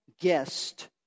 guest